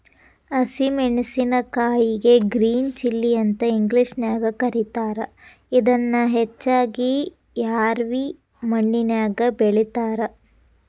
ಹಸಿ ಮೆನ್ಸಸಿನಕಾಯಿಗೆ green chilli ಅಂತ ಇಂಗ್ಲೇಷನ್ಯಾಗ ಕರೇತಾರ, ಇದನ್ನ ಹೆಚ್ಚಾಗಿ ರ್ಯಾವಿ ಮಣ್ಣಿನ್ಯಾಗ ಬೆಳೇತಾರ